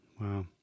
Wow